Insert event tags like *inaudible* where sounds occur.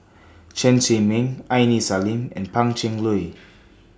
Chen Zhiming Aini Salim and Pan Cheng Lui *noise*